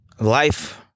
Life